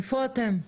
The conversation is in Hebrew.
איפה אתם?